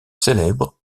célèbres